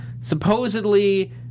supposedly